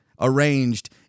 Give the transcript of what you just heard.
arranged